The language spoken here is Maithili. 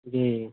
जी